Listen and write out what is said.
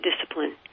discipline